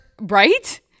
right